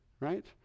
right